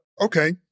Okay